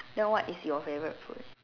then what is your favourite food